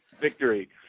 Victory